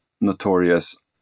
notorious